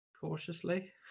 cautiously